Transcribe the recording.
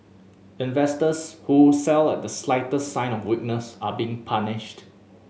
investors who sell at the slightest sign of weakness are being punished